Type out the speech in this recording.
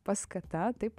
paskata taip